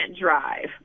drive